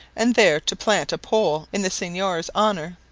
and there to plant a pole in the seigneur's honour.